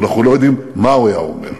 אבל אנחנו לא יודעים מה הוא היה אומר.